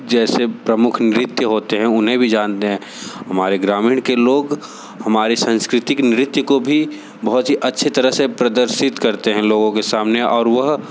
जैसे प्रमुख नृत्य होते हैं उन्हे भी जानते है हमारे ग्रामीण के लोग हमारे सांस्कृतिक नृत्य को भी बहुत अच्छी तरह से प्रदर्शित करते हैं लोगों के सामने और वह